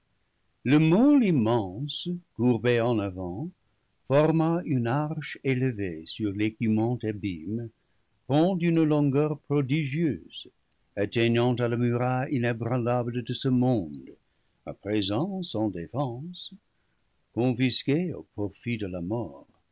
le môle immense courbé en avant forma une arche élevée sur l'écumant abîme pont d'une longueur prodigieuse atteignant à la muraille inébranlable de ce monde à présent sans défense confisqué au profit de la mort